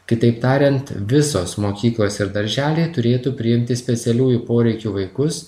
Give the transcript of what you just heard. kitaip tariant visos mokyklos ir darželiai turėtų priimti specialiųjų poreikių vaikus